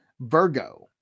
Virgo